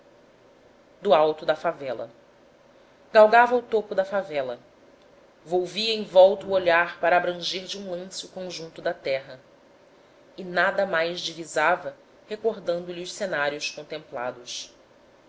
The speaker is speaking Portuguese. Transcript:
do alto da favela galgava o topo da favela volvia em volta o olhar para abranger de um lance o conjunto da terra e nada mais divisava recordando lhe os cenários contemplados